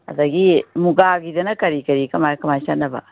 ꯑꯗꯒꯤ ꯃꯨꯒꯥꯒꯤꯗꯅ ꯀꯔꯤ ꯀꯔꯤ ꯀꯃꯥꯏ ꯀꯃꯥꯏ ꯆꯠꯅꯕ